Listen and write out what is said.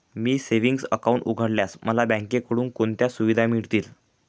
मी savings account उघडल्यास मला बँकेकडून कोणत्या सुविधा मिळतील?